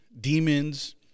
demons